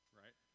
right